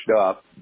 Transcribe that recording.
up